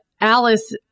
Alice